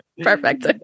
Perfect